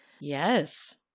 Yes